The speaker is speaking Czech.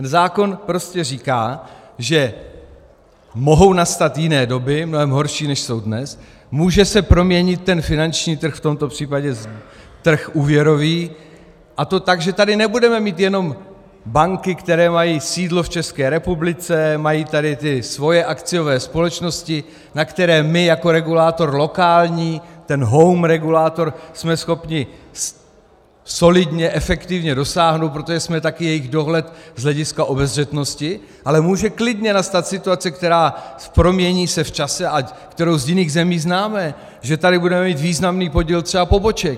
Ten zákon říká, že mohou nastat jiné doby, mnohem horší, než jsou dnes, může se proměnit ten finanční trh, v tomto případě trh úvěrový, a to tak, že tady nebudeme mít jenom banky, které mají sídlo v České republice, mají tady ty svoje akciové společnosti, na které my jako regulátor lokální, ten home regulátor, jsme schopni solidně, efektivně dosáhnout, protože jsme taky jejich dohled z hlediska obezřetnosti, ale může klidně nastat situace, která se promění v čase a kterou z jiných zemí známe, že tady budeme mít třeba významný podíl poboček.